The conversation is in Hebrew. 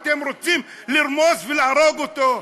אתם רוצים לרמוס ולהרוג אותו.